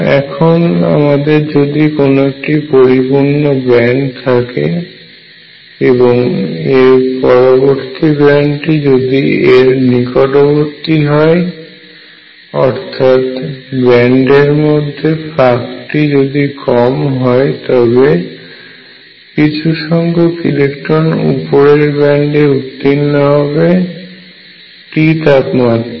এখন আমাদের যদি কোন একটি পরিপূর্ন ব্যান্ড থাকে এবং এর পরবর্তী ব্যান্ডটি যদি এর নিকটবর্তী হয় অর্থাৎ ব্যান্ড এর মধ্যে ফাঁকটি যদি কম হয় তবে কিছু সংখক ইলেকট্রন উপরের ব্যান্ড এ উত্তীর্ণ হবে t তাপমাত্রায়